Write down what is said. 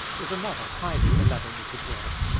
is another highly elaborated work.